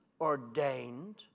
ordained